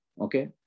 Okay